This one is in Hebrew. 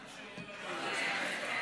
עד שיהיה לנו רוב.